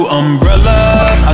umbrellas